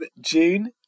june